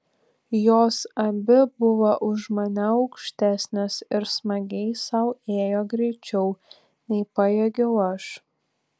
jos abi buvo už mane aukštesnės ir smagiai sau ėjo greičiau nei pajėgiau aš